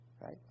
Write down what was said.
Right